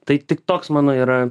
tai tik toks mano yra